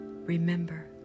Remember